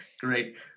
Great